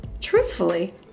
truthfully